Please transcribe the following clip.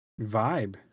vibe